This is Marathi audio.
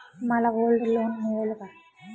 मला गोल्ड लोन मिळेल का?